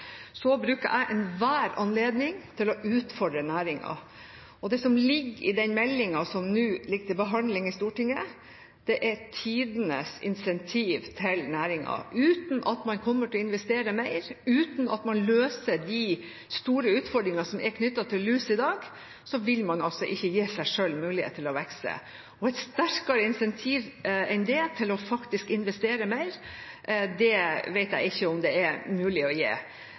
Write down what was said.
Så bruker jeg enhver anledning til å utfordre næringen, og det som ligger i den meldingen som nå ligger til behandling i Stortinget, er tidenes incentiv til næringen. Uten at man investerer mer, og uten at man løser de store utfordringene som er knyttet til lus i dag, vil man ikke gi seg selv mulighet til å vokse. Et sterkere incentiv enn det til faktisk å investere mer vet jeg ikke om det er mulig å gi.